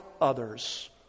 others